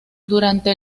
durante